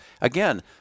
Again